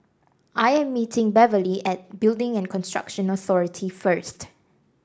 I am meeting Beverley at Building and Construction Authority first